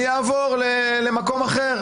אני אעבור למקום אחר.